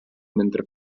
mentre